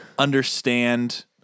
understand